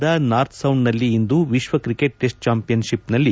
ಆಂಟಿಗುವಾದ ನಾರ್ಥ್ಸೌಂಡ್ನಲ್ಲಿ ಇಂದು ವಿಶ್ಲ ಕ್ರಿಕೆಟ್ ಟಿಸ್ಟ್ ಚಾಂಪಿಯನ್ಶಿಪ್ನಲ್ಲಿ